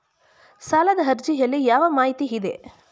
ಸಾಲದ ಅರ್ಜಿಯಲ್ಲಿ ಯಾವ ಮಾಹಿತಿ ಇದೆ?